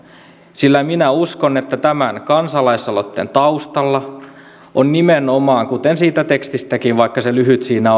sillä minä uskon että tämän kansalaisaloitteen taustalla on kuten siitä tekstistäkin käy ilmi vaikka se lyhyt siinä